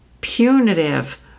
punitive